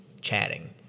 chatting